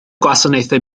gwasanaethau